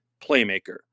playmaker